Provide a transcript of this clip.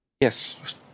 Yes